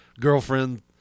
girlfriend